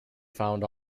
found